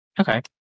Okay